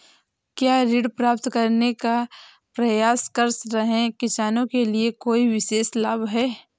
क्या ऋण प्राप्त करने का प्रयास कर रहे किसानों के लिए कोई विशेष लाभ हैं?